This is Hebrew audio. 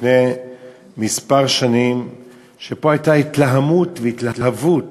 לפני כמה שנים הייתה פה התלהמות והתלהבות